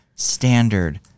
standard